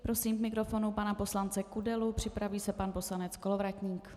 Prosím k mikrofonu pana poslance Kudelu, připraví se pan poslanec Kolovratník.